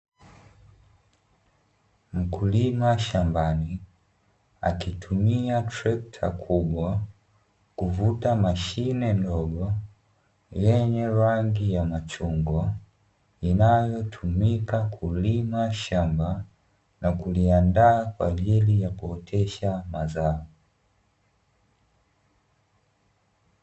Mkulima shambani akitumia trekta kubwa kuvuta mashine ndogo, yenye rangi ya machungwa inayotumika kulima shamba na kuliandaa kwajili ya kuotesha mazao.